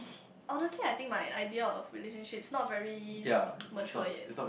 honestly I think my idea of relationship is not very mature yet